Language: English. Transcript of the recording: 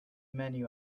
menu